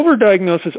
overdiagnosis